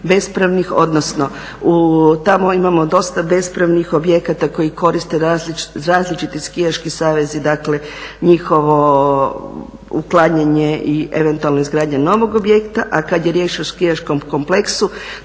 bespravnih, odnosno tamo imamo dosta bespravnih objekata koje koriste različiti skijaški savezi, dakle njihovo uklanjanje i eventualna izgradnja novog objekta, a kad je riječ o skijaškom kompleksu